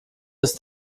ist